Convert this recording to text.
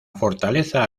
fortaleza